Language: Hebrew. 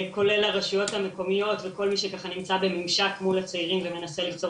אם אתה רוצה להקים איזו שהיא התאגדות של חברי הכנסת אנחנו נשמח ללוות